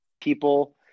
people